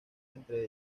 entre